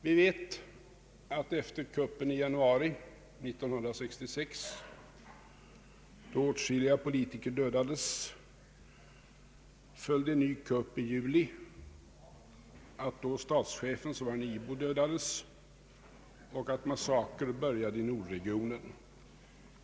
Vi vet att efter kuppen i januari 1966 — då åtskilliga politiker dödades — följde en ny kupp i juli, att statschefen, som var en ibo, då dödades och att massakrer började i Nordregionen.